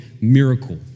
miracle